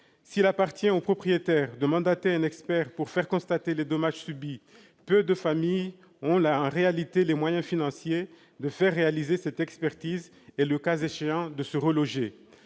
S'il appartient aux propriétaires de mandater un expert pour faire constater les dommages subis, peu de familles ont, en réalité, les moyens financiers de faire réaliser cette expertise et, le cas échéant, de se reloger.